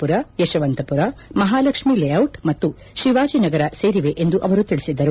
ಪುರ ಯಶವಂತಪುರ ಮಹಾಲಕ್ಷ್ಮಿ ಲೇಔಟ್ ಮತ್ತು ಶಿವಾಜಿನಗರ ಸೇರಿವೆ ಎಂದು ಅವರು ತಿಳಿಸಿದರು